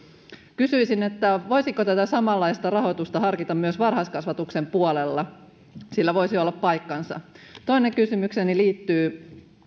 kysyisin voisiko tätä samanlaista rahoitusta harkita myös varhaiskasvatuksen puolella sillä voisi olla paikkansa toinen kysymykseni liittyy